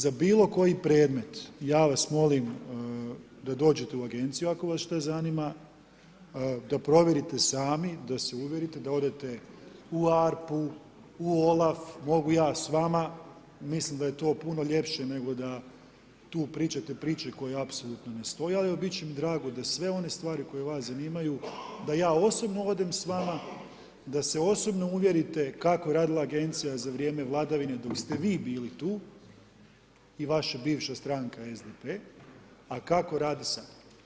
Za bilo koji predmet ja vas molim da dođete u agenciju ako vas šta zanima, da provjerite sami, da se uvjerite da odete u ARPU, u OLAF, mogu ja s vama, mislim da je to puno ljepše nego da tu pričate priče koje apsolutno ne stoje, ali bit će mi drago da sve one stvari koje vas zanimaju, da ja osobno odem s vama, da se osobno uvjerite kako je radila agencija za vrijeme vladavine dok ste vi bili tu i vaša bivša stranka SDP, a kako radi sad.